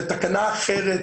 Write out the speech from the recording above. לתקנה אחרת,